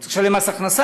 אני צריך לשלם מס הכנסה,